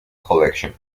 collection